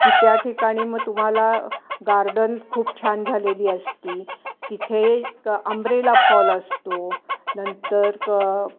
की त्या ठिकाणी मग तुम्हाला गार्डन खूप छान झालेली असती तिथे क अंब्रेला फॉल असतो नंतर क